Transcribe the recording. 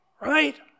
right